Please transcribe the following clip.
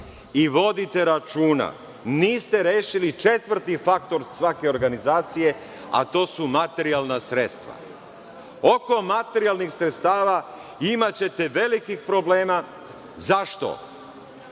Vodite računa, niste rešili četvrti faktor svake organizacije, a to su materijalna sredstva. Oko materijalnih sredstava imaćete velikih problema. Zašto?